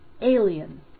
alien